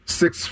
six